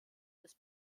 des